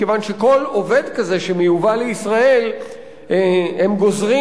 מכיוון שכל עובד כזה שמיובא לישראל הם גוזרים